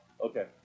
Okay